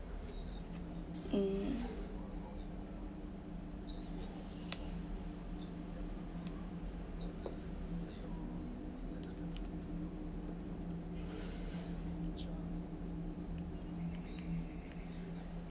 um